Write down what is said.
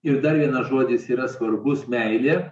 ir dar vienas žodis yra svarbus meilė